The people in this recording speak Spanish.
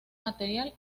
material